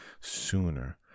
sooner